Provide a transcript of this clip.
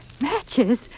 Matches